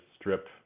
strip